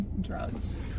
drugs